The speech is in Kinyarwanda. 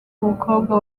mukobwa